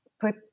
put